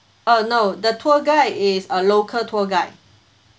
uh no the tour guide is a local tour guide